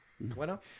Bueno